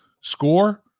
score